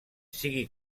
sigui